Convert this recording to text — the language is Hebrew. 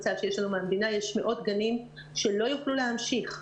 מהמדינה יש מאות גנים שלא יוכלו להמשיך.